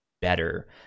better